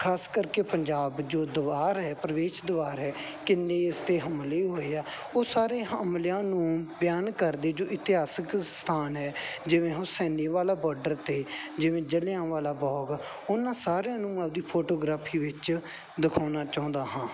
ਖਾਸ ਕਰਕੇ ਪੰਜਾਬ ਜੋ ਦੀਵਾਰ ਹੈ ਪ੍ਰਵੇਸ਼ ਦੁਆਰ ਹੈ ਕਿੰਨੇ ਇਸ 'ਤੇ ਹਮਲੇ ਹੋਏ ਆ ਉਹ ਸਾਰੇ ਹਮਲਿਆਂ ਨੂੰ ਬਿਆਨ ਕਰਦੇ ਜੋ ਇਤਿਹਾਸਿਕ ਸਥਾਨ ਹੈ ਜਿਵੇਂ ਉਹ ਹੁਸੈਨੀ ਵਾਲਾ ਬਾਰਡਰ 'ਤੇ ਜਿਵੇਂ ਜਲਿਆਂ ਵਾਲਾ ਬਾਗ ਉਹਨਾਂ ਸਾਰਿਆਂ ਨੂੰ ਆਪਦੀ ਫੋਟੋਗ੍ਰਾਫੀ ਵਿੱਚ ਦਿਖਾਉਣਾ ਚਾਹੁੰਦਾ ਹਾਂ